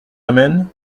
amène